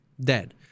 dead